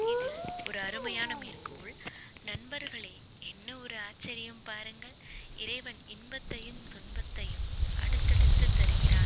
இதில் ஒரு அருமையான மேற்கோள் நண்பர்களே என்ன ஒரு ஆச்சர்யம் பாருங்கள் இறைவன் இன்பத்தையும் துன்பத்தையும் அடுத்து அடுத்து தருகிறான்